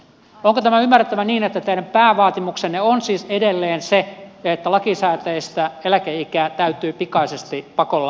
onko tämä ymmärrettävä niin että teidän päävaatimuksenne on siis edelleen se että lakisääteistä eläkeikää täytyy pikaisesti pakolla nostaa